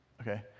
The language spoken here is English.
Okay